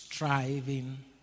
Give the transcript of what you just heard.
striving